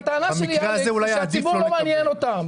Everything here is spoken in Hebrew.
הטענה שלי היא שהציבור לא מעניין אותם.